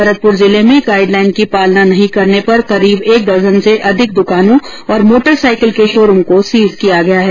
भरतपुर जिले में गाइडलाइन की पालना नहीं करने पर करीब एक दर्जन से अधिक द्कानों और मोटर साइकिल के शोरूम को सीज किया गया है